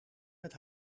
met